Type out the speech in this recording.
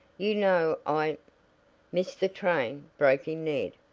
you know i missed the train, broke in ned,